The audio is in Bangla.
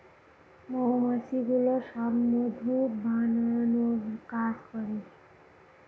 মৌমাছিগুলো সব মধু বানানোর কাজ করে